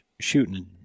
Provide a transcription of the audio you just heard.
shooting